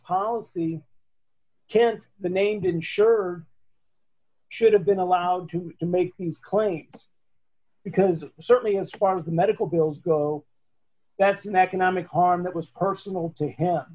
policy can't the named insurer should have been allowed to make things clearly because certainly as far as the medical bills go that's an economic harm that was personal to him